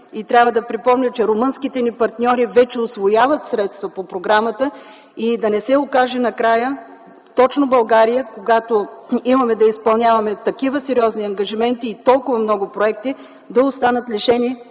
Трябва да припомня, че румънските ни партньори вече усвояват средства по програмата. Да не се окаже накрая точно, когато имаме да изпълняваме такива сериозни ангажименти и толкова много проекти, българските